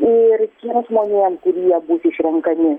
ir tiem žmonėm kurie bus išrenkami